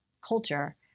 culture